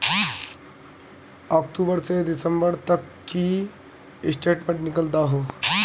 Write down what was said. अक्टूबर से दिसंबर तक की स्टेटमेंट निकल दाहू?